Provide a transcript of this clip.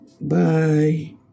Bye